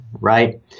right